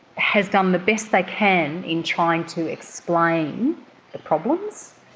has done the best they can in trying to explain the problems,